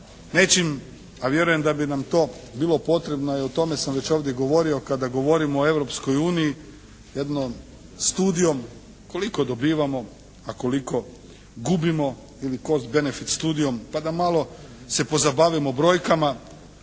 nečim a vjerujem da bi nam to bilo potrebno i o tome sam već ovdje govorio kada govorimo o Europskoj uniji jednom studijom koliko dobivamo a koliko gubimo ili cost benefit studium pa da malo se pozabavimo brojkama,